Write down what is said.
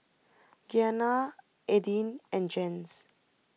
Gianna Aidyn and Jens